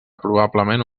probablement